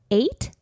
eight